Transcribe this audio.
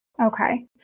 Okay